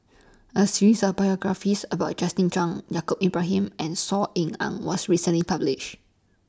A series of biographies about Justin Zhuang Yaacob Ibrahim and Saw Ean Ang was recently published